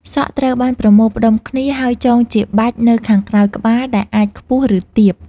សក់ត្រូវបានប្រមូលផ្តុំគ្នា ហើយចងជាបាច់នៅខាងក្រោយក្បាល ដែលអាចខ្ពស់ ឬទាប។